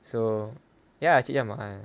so ya cik jamal